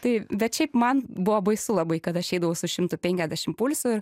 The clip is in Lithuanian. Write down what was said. taip bet šiaip man buvo baisu labai kad aš eidavau su šimtu penkiasdešim pulsu